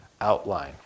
outline